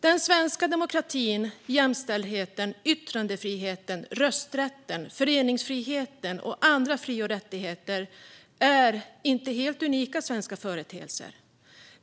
Den svenska demokratin, jämställdheten, yttrandefriheten, rösträtten, föreningsfriheten och andra fri och rättigheter är inte helt unika svenska företeelser.